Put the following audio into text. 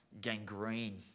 gangrene